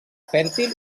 fèrtil